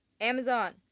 Amazon